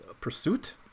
Pursuit